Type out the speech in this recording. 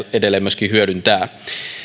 edelleen hyödyntää